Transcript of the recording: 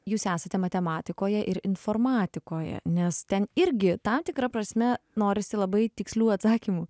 jūs esate matematikoje ir informatikoje nes ten irgi tam tikra prasme norisi labai tikslių atsakymų